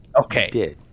okay